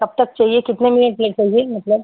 कब तक चाहिए कितने मिनिट में चाहिए मतलब